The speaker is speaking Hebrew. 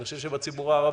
אני חושב שבציבור הערבי,